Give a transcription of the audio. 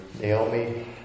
Naomi